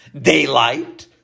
Daylight